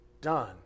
done